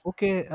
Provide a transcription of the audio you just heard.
Okay